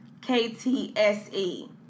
KTSE